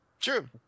True